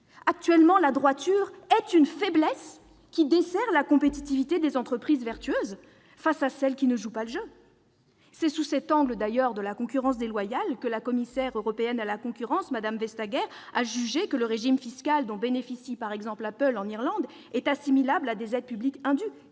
Actuellement, la droiture est une faiblesse qui dessert la compétitivité des entreprises vertueuses, face à celles qui ne jouent pas le jeu. D'ailleurs, c'est sous cet angle de la concurrence déloyale que la commissaire européenne à la concurrence, Mme Vestager, a jugé que le régime fiscal dont bénéficie, par exemple, Apple en Irlande est assimilable à des aides publiques indues